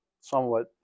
somewhat